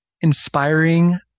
inspiring